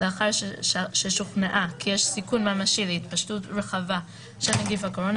לאחר ששוכנעה כי יש סיכון ממשי להתפשטות רחבה של נגיף הקורונה